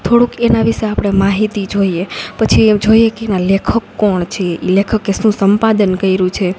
થોડુંક એના વિશે આપણે માહિતી જોઈએ પછી જોઈએ કે એના લેખક કોણ છે લેખકે શું સંપાદન કર્યું છે